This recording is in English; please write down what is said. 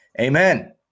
Amen